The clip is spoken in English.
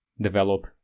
develop